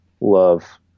love